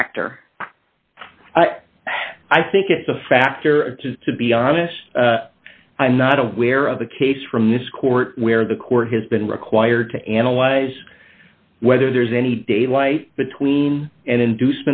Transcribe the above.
factor i think it's a factor to be honest i'm not aware of the case from this court where the court has been required to analyze whether there's any daylight between an in